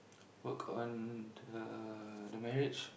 work on the the marriage